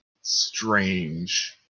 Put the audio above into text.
strange